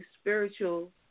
spiritual